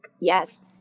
Yes